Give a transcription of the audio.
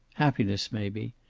happiness, maybe.